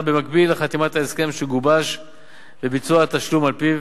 במקביל לחתימת ההסכם שגובש וביצוע התשלום על-פיו.